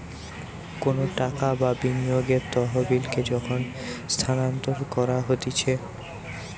কোনো টাকা বা বিনিয়োগের তহবিলকে যখন স্থানান্তর করা হতিছে